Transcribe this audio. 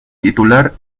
titular